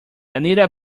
anita